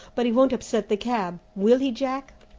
but he won't upset the cab, will he, jack?